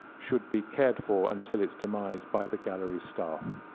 should be cared for until its demise by the gallery staff,